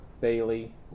Bailey